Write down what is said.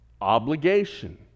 Obligation